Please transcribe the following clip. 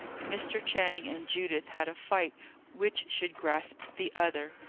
mr. channing and judith had a fight which should grasp the other.